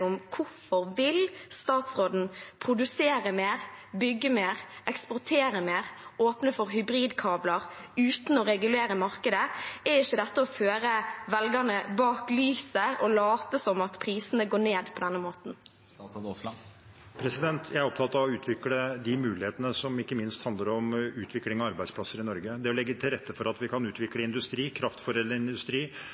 om: Hvorfor vil statsråden produsere mer, bygge mer, eksportere mer og åpne for hybridkabler uten å regulere markedet? Er det ikke å føre velgerne bak lyset å late som om prisene går ned på denne måten? Jeg er opptatt av å utvikle de mulighetene som ikke minst handler om utvikling av arbeidsplasser i Norge. Det å legge til rette for at vi kan utvikle